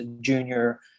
junior